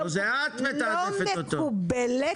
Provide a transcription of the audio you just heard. לא מקובל.